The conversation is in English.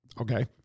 Okay